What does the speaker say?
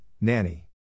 Nanny